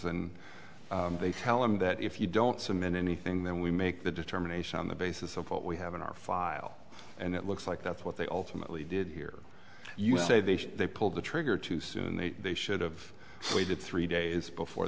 and they tell him that if you don't swim in anything then we make the determination on the basis of what we have in our file and it looks like that's what they ultimately did here you say they should they pulled the trigger too soon they they should've waited three days before